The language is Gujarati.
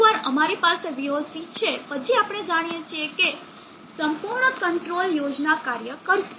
એકવાર અમારી પાસે voc છે પછી આપણે જાણીએ છીએ કે સંપૂર્ણ કંટ્રોલ યોજના કાર્ય કરશે